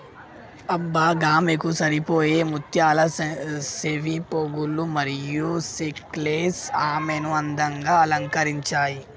అబ్బ గామెకు సరిపోయే ముత్యాల సెవిపోగులు మరియు నెక్లెస్ ఆమెను అందంగా అలంకరించాయి